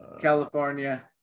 California